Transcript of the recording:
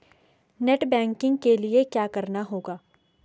Net banking के लिए क्या करना होगा?